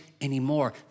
anymore